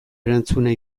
erantzuna